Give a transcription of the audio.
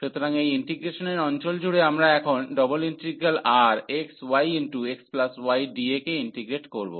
সুতরাং এই ইন্টিগ্রেশনের অঞ্চল জুড়ে আমরা এখন ∬RxyxydA কে ইন্টিগ্রেট করব